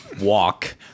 Walk